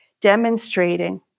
demonstrating